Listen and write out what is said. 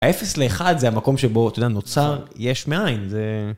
האפס לאחד זה המקום שבו אתה יודע נוצר יש מאין, זה...